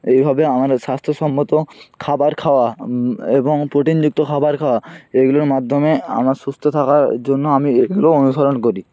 এইভাবে আমাদের স্বাস্থ্যসম্মত খাবার খাওয়া এবং প্রো টিনযুক্ত খাবার খাওয়া এইগুলোর মাধ্যমে আমার সুস্থ থাকার জন্য আমি এইগুলো অনুসরণ করি